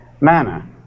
manner